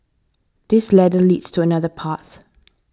this ladder leads to another path